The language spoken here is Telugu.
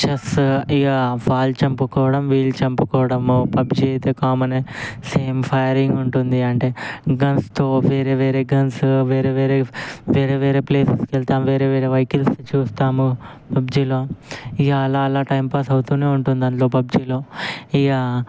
చెస్సు ఇక వాళ్ళు చంపుకోవడం వీళ్ళు చంపుకోవడము పబ్జీ అయితే కామనే సేమ్ ఫైరింగ్ ఉంటుంది అంటే గన్స్తో వేరే వేరే గన్సు వేరే వేరే వేరే వేరే ప్లేసెస్కు వెళతాము వేరే వేరే వెహికిల్స్ చూస్తాము పబ్జీలో ఇక అలా అలా టైంపాస్ అవుతూనే ఉంటుంది అందులో పబ్జీలో ఇక